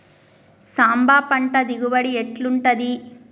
సాంబ పంట దిగుబడి ఎట్లుంటది?